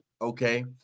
Okay